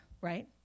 right